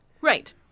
Right